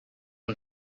and